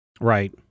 right